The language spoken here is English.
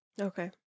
Okay